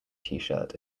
tshirt